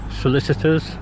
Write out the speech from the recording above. solicitors